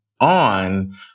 on